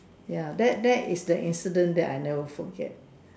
ya that that is the incident that I never forget